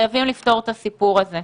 חייבים לפתור את הסיפור הזה.